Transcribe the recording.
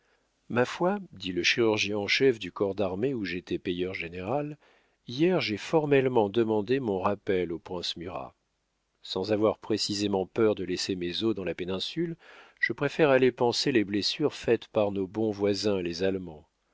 ma foi dit le chirurgien en chef du corps d'armée où j'étais payeur général hier j'ai formellement demandé mon rappel au prince murat sans avoir précisément peur de laisser mes os dans la péninsule je préfère aller panser les blessures faites par nos bons voisins les allemands